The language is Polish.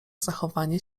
zachowanie